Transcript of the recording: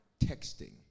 texting